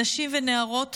נשים ונערות